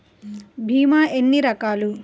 భీమ ఎన్ని రకాలు?